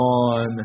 on